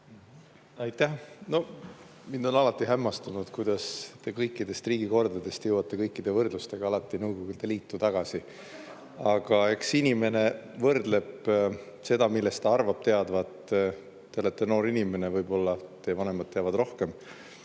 Aitäh! Mind on alati hämmastanud, kuidas te kõikidest riigikordadest jõuate kõikide võrdlustega alati Nõukogude Liitu tagasi. Aga eks inimene võrdleb seda, millest ta arvab teadvat – te olete noor inimene, võib-olla teie vanemad teavad sellest